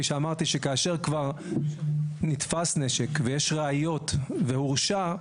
שכאשר כבר נתפס נשק ויש ראיות והורשע,